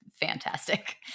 fantastic